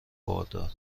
باردار